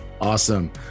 Awesome